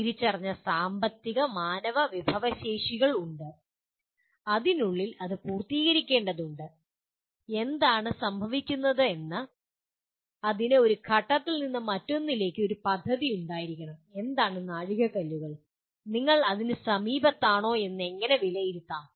തിരിച്ചറിഞ്ഞ സാമ്പത്തിക മാനവ വിഭവശേഷി ഉണ്ട് അതിനുള്ളിൽ അത് പൂർത്തീകരിക്കേണ്ടതുണ്ട് എന്താണ് സംഭവിക്കുകയെന്നത് അതിന് ഒരു ഘട്ടത്തിൽ നിന്ന് മറ്റൊന്നിലേക്ക് ഒരു പദ്ധതി ഉണ്ടായിരിക്കണം എന്താണ് നാഴികക്കല്ലുകൾ ഞങ്ങൾ അതിനു സമീപത്താണോ എന്ന് എങ്ങനെ വിലയിരുത്താം